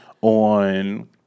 on